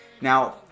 Now